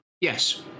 Yes